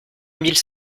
mille